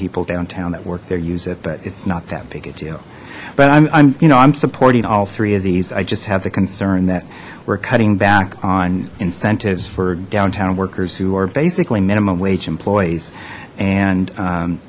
people downtown that work there use it but it's not that big a deal but i'm you know i'm supporting all three of these i just have the concern that we're cutting back on incentives for downtown workers who are basically minimum wage employees and